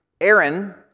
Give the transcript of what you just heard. Aaron